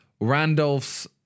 Randolph's